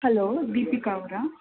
hello Deepika ಅವರಾ